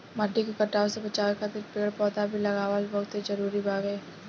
माटी के कटाव से बाचावे खातिर पेड़ पौधा भी लगावल बहुत जरुरी बावे